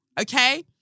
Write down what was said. Okay